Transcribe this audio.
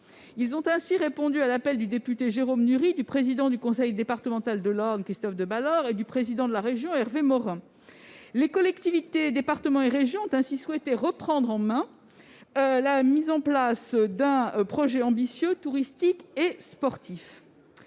Ils ont ainsi répondu à l'appel du député Jérôme Nury du président du conseil départemental de l'Orne, Christophe de Balorre et du président de la région, Hervé Morin. Les collectivités- département et région -ont ainsi souhaité reprendre en main la mise en place d'un projet ambitieux touristique et sportif.